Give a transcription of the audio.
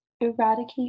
eradicate